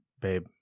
babe